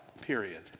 period